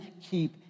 keep